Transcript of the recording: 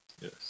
Yes